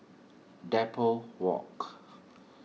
Depot Walk